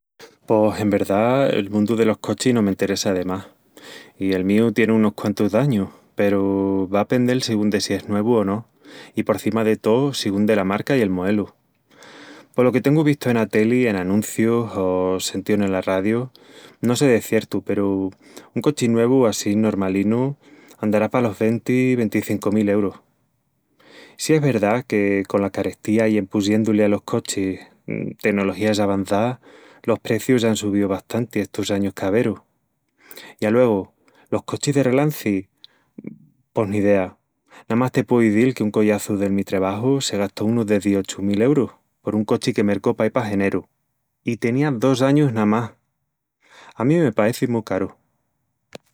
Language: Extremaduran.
Pos... en verdá, el mundu delos cochis no m'enteressa de más i el míu tien unus quantus d'añus, peru va a pendel sigún de si es nuevu o no, i por cima de tó, sigún dela marca i el moelu. Polo que tengu vistu ena teli, en anuncius, o sentíu nel arradiu, no sé de ciertu peru un cochi nuevu... assín normalinu, andará palos venti... venticincu mil eurus... Sí es verdá que con la carestía i en pusiendu-lis alos cochis tenologías avanzás, los precius án subíu bastanti estus añus caberus... I aluegu, los cochis de relanci? Pos ni idea. Namás te pueu izil que un collaçu del mi trabaju se gastó unus deziochu mil eurus por un cochi que mercó paí pa Jeneru i tenía dos añus namás. A mí me paeci mu caru...